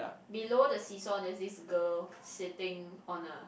below the seesaw there is this girl sitting on a